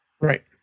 Right